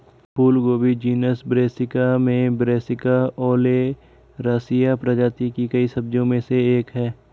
फूलगोभी genus brassica में brassica oleracea प्रजाति की कई सब्जियों में से एक है